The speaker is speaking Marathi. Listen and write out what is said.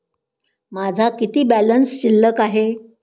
माझा किती बॅलन्स शिल्लक आहे?